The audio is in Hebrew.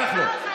כחלון.